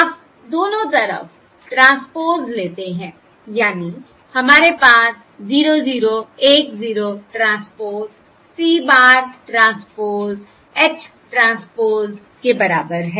अब दोनों तरफ ट्रांसपोज़ लेते हैं यानी हमारे पास 0 0 1 0 transpose C bar transpose H transpose के बराबर है